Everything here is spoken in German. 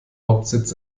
hauptsitz